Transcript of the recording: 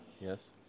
Yes